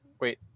Wait